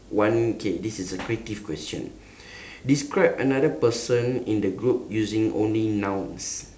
one okay this is a creative question describe another person in the group using only nouns